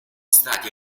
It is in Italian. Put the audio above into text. stati